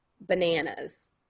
bananas